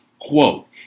Quote